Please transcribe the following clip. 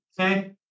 okay